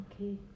Okay